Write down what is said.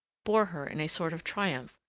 bore her in a sort of triumph,